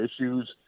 issues